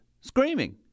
Screaming